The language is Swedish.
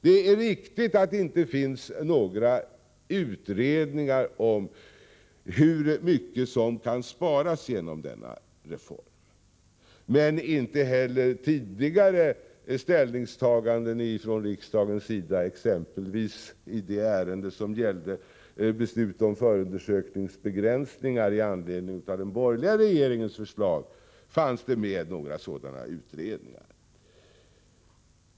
Det är riktigt att det inte finns några utredningar om hur mycket som kan sparas genom denna reform. Men inte heller i tidigare ställningstaganden från riksdagens sida, exempelvis i det ärende som gällde beslut om förundersökningsbegränsningar i anledning av den borgerliga regeringens förslag, fanns det med några sådana utredningar.